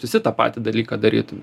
visi tą patį dalyką darytume